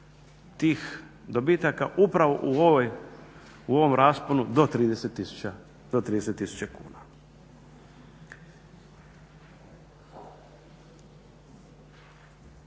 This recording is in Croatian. tih dobitaka upravo u ovom rasponu do 30 tisuća kuna.